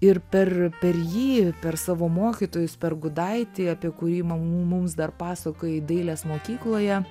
ir per per jį per savo mokytojus per gudaitį apie kūrimą mums dar pasakojai dailės mokykloje